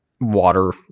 water